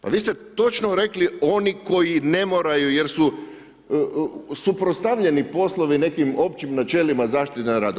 Pa vi ste točno rekli, oni koji ne moraju, jer su suprotstavljeni poslovi nekim općim načelima zaštite na radu.